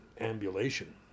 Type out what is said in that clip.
Ambulation